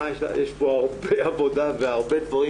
מה יש --- יש פה הרבה עבודה והרבה דברים